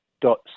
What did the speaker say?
dot